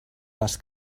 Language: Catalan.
les